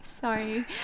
sorry